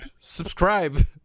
subscribe